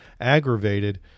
Aggravated